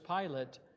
Pilate